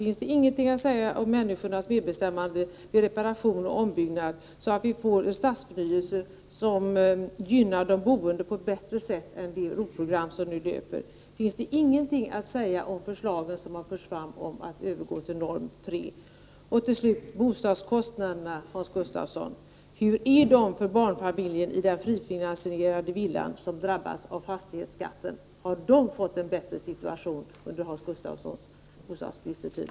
Finns det ingenting att säga om människornas medbestämmande vid reparation och ombyggnad, så att vi får en stadsförnyelse som gynnar de boende på ett bättre sätt än det ROT-program som nu löper? Finns det ingenting att säga om de förslag som har förts fram om en övergång till Norm 3? Slutligen bostadskostnaderna, Hans Gustafsson! Hur är de för barnfamiljen i den frifinansierade villan som drabbas av fastighetsskatten? Har den familjen fått en bättre situation under Hans Gustafssons bostadsministertid?